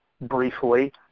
briefly